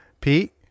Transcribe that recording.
Pete